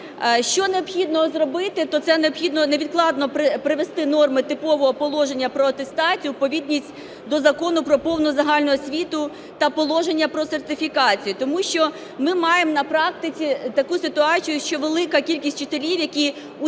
Що необхідно зробити, то це необхідно невідкладно привести норми типового положення про атестацію у відповідність до Закону про повну загальну освіту та Положення про сертифікацію. Тому що ми маємо на практиці таку ситуацію, що велика кількість вчителів, які